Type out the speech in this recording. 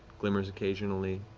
glimmers occasionally,